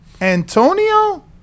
Antonio